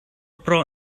pro